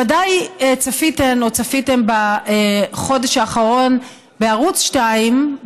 ודאי צפיתן או צפיתם בחודש האחרון בערוץ 2,